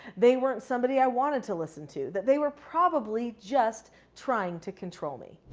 they weren't somebody i wanted to listen to. that they were probably just trying to control me.